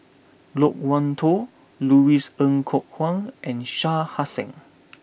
Loke Wan Tho Louis Ng Kok Kwang and Shah Hussain